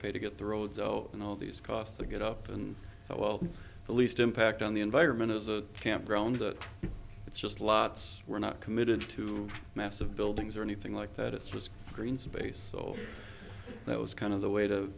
pay to get the road so in all these costs to get up and out well the least impact on the environment is a campground it's just lots we're not committed to massive buildings or anything like that it's just green space so that was kind of the way to